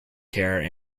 care